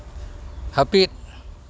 ᱦᱟᱹᱯᱤᱫ